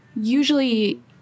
usually